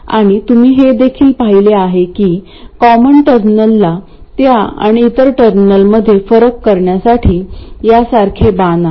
आणि तुम्ही हे देखील पाहिले आहे की कॉमन टर्मिनलला त्या आणि इतर टर्मिनलमध्ये फरक करण्यासाठी यासारखे बाण आहेत